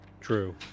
True